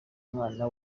umwana